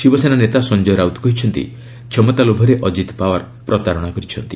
ଶିବସେନା ନେତା ସଂଜୟ ରାଉତ କହିଛନ୍ତି କ୍ଷମତା ଲୋଭରେ ଅଜିତ ପାୱାର ପ୍ରତାରଣା କରିଛନ୍ତି